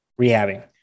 rehabbing